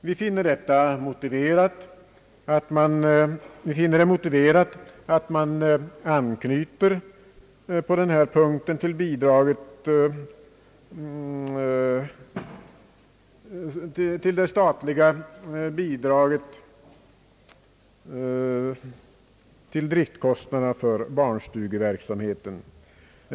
Vi finner det på denna punkt motiverat att anknyta till det statliga bidraget till driftkostnader för barnstugeverksamheten.